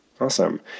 Awesome